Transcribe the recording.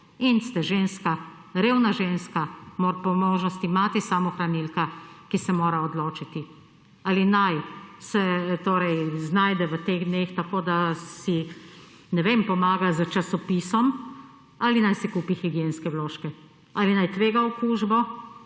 in ste ženska, revna ženska po možnosti mati samohranilka, ki se mora odločiti ali naj se torej znajde v teh dneh tako, da si ne vem pomaga z časopisom ali naj si kupi higienske vložke ali naj tvega okužbo,